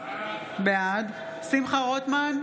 בעד שמחה רוטמן,